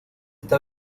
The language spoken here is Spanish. esta